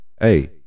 Hey